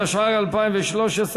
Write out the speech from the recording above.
התשע"ג 2013,